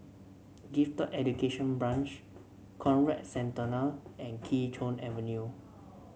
Gifted Education Branch Conrad Centennial and Kee Choe Avenue